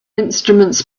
instruments